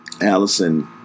Allison